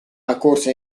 accorse